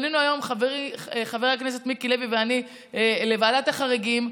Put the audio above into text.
חברי חבר הכנסת מיקי לוי ואני פנינו לוועדת החריגים,